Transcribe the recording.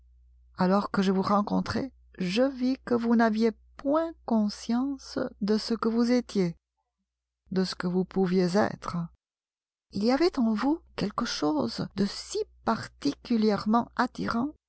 alors que je vous rencontrai je vis que vous n'aviez point conscience de ce que vous étiez de ce que vous pouviez être il y avait en vous quelque chose de si particulièrement